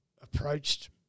approached